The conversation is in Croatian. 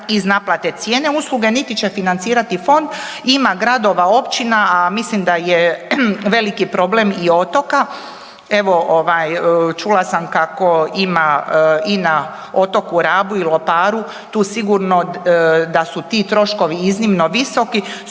iz naplate cijene usluge niti će financirati fond, ima gradova, općina, a mislim da je veliki problem i otoka. Evo, ovaj, čula sam kako ima i na otoku Rabu i Loparu tu sigurno da su ti troškovi iznimno visoki